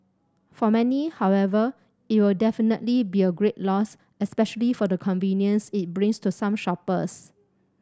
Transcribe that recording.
for many however it'll definitely be a great loss especially for the convenience it brings to some shoppers